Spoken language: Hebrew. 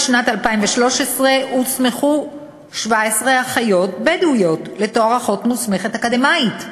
בשנת 2013 הוסמכו 17 אחיות בדואיות לתואר אחות מוסמכת אקדמאית,